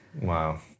Wow